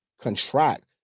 contract